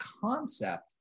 concept